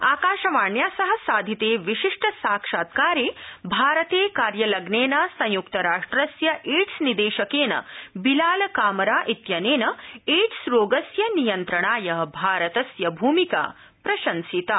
आकाशवाण्या सह साधिते विशिष्ट साक्षात्कारे भारते कार्यलम्नेन संयुक्तराष्ट्रस्य एड्सनिदेशकेन बिलाल कमारा इत्यनेन एड्सरोगस्य नियंत्रणाय भारतस्य भूमिका प्रशंसिता